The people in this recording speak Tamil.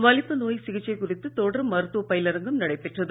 வலிப்பு நோய் சிகிச்சை குறித்து தொடர் மருத்தவ பயிலரங்கம் நடைபெற்றது